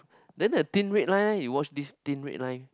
then the Thin Red Line eh you watch this Thin Red Line